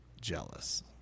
Jealous